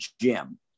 gym